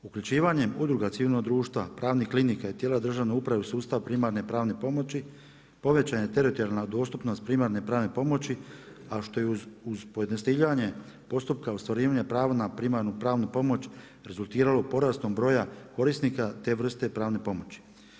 Uključivanjem udruga civilnog društva, pravnih klinika i tijela državne uprave u sustav primarne pravne pomoći, povećana je teritorijalna dostupnost primarne pravne pomoći a što je uz pojednostavljivanje postupka ostvarivanja prava na primarnu pravnu pomoć, rezultiralo porastom broja korisnika te vrste pravne pomoći.